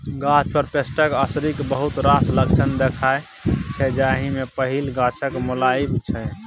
गाछ पर पेस्टक असरिक बहुत रास लक्षण देखाइ छै जाहि मे पहिल गाछक मौलाएब छै